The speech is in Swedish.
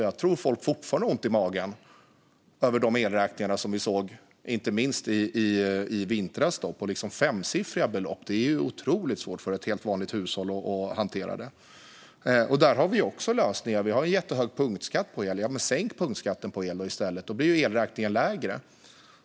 Jag tror att folk fortfarande har ont i magen över de elräkningar som vi såg inte minst i vintras, med femsiffriga belopp. Det är otroligt svårt för ett helt vanligt hushåll att hantera det. Där har vi också lösningar. Vi har ju jättehög punktskatt på el. Sänk punktskatten på el, så blir elräkningen lägre!